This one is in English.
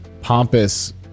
pompous